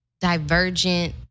divergent